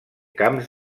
camps